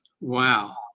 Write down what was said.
Wow